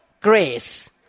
grace